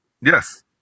Yes